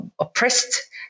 oppressed